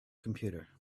computer